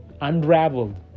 unraveled